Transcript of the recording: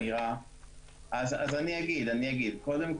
קודם כל,